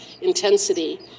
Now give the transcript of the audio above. intensity